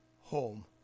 home